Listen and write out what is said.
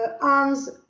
arms